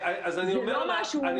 דקות, אתן לך את כל העשר דקות אבל אני